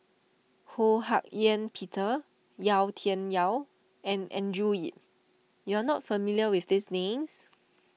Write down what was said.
Ho Hak Ean Peter Yau Tian Yau and Andrew Yip you are not familiar with these names